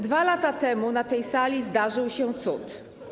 2 lata temu na tej sali zdarzył się cud.